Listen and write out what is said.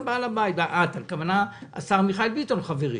את בעל הבית, הכוונה לשר מיכאל ביטון, חברי.